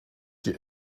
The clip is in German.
die